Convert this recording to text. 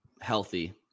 healthy